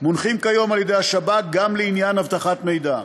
מונחים כיום על-ידי השב"כ גם לעניין אבטחת מידע.